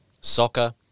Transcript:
soccer